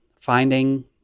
finding